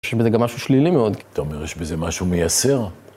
יש בזה גם משהו שלילי מאוד, כי אתה אומר, יש בזה משהו מייסר.